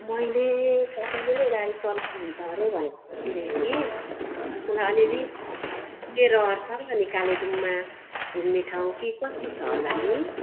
मैले तपाईँले नै गाडी चलाउनु हुन्छ अरे भनेको सुनेको थिएँ मलाई अलिअलि घुम्ने रहर छ अनि कालेबुङमा घुम्ने ठाउँ के कस्तो छ होला नि